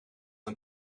een